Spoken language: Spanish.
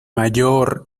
mayor